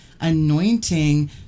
anointing